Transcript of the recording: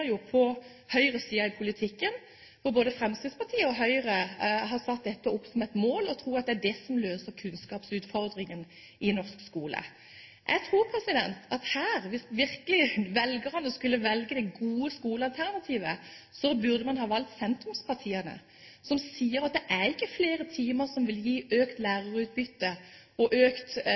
på høyresiden i politikken, for både Fremskrittspartiet og Høyre har satt dette opp som et mål og tror at det er det som løser kunnskapsutfordringen i norsk skole. Jeg tror at hvis velgerne virkelig skulle velge det gode skolealterntivet her, burde man ha valgt sentrumspartiene, som sier at det er ikke flere timer som vil gi økt læreutbytte og økt